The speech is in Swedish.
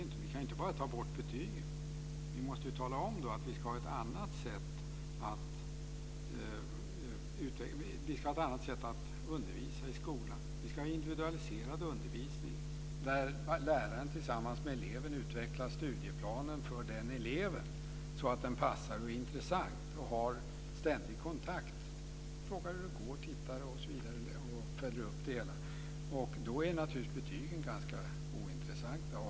Vi kan inte bara ta bort betygen, utan vi måste ju tala om att vi ska ha ett annat sätt att undervisa i skolan, att vi ska ha individualiserad undervisning, där läraren tillsammans med eleven utvecklar studieplanen för den eleven så att den passar och är intressant. Man ska ha ständig kontakt, fråga hur det går, titta och följa upp det hela. Då är betygen naturligtvis ganska ointressanta.